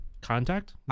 contact